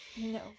No